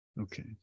Okay